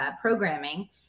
programming